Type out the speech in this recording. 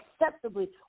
acceptably